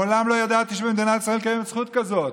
מעולם לא ידעתי שבמדינת ישראל קיימת זכות כזאת.